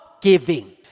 giving